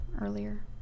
earlier